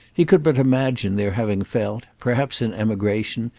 he could but imagine their having felt perhaps in emigration,